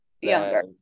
younger